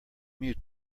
mute